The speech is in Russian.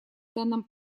данном